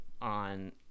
on